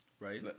Right